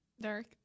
Derek